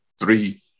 three